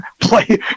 play